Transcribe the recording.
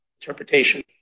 interpretation